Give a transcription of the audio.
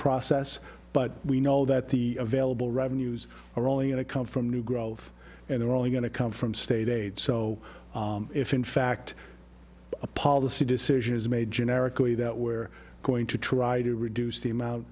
process but we know that the available revenues are only going to come from new growth and they're only going to come from states so if in fact a policy decision is made generically that we're going to try to reduce the amount